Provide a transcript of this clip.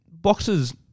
boxes